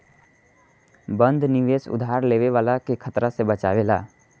बंध निवेश उधार लेवे वाला के खतरा से बचावेला